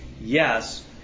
Yes